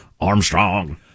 Armstrong